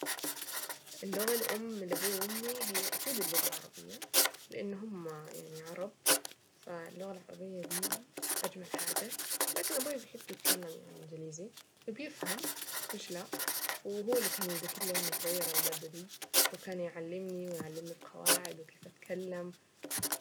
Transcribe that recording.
اللغة الام من ابويا وامي هي اكيد اللغة العربية لان هما يعني عرب فاللغة العربية دي اجمل حاجة، لكن ابويا بيحب يتكلم يعني انجليزي وبيفهم مش لأ وهو اللي كان يذاكرلي وانا صغيرة المادة دي وكان يعلمني ويعلمني القواعد وكيف اتكلم.